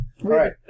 right